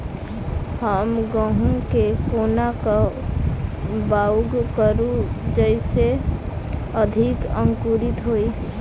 हम गहूम केँ कोना कऽ बाउग करू जयस अधिक अंकुरित होइ?